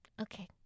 Okay